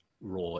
raw